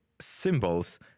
symbols